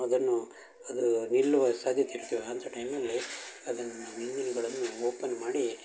ಅದನ್ನು ಅದು ನಿಲ್ಲುವ ಸಾಧ್ಯತೆ ಇರ್ತಾವೆ ಅಂಥ ಟೈಮಲ್ಲಿ ಅದನ್ನು ಇಂಜಿನ್ನುಗಳನ್ನು ಓಪನ್ ಮಾಡಿ